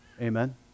Amen